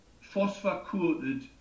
phosphor-coated